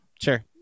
Sure